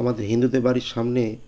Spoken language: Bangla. আমাদের হিন্দুদের বাড়ির সামনে